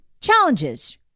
challenges